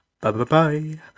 Bye-bye-bye